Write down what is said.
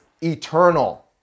eternal